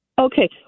Okay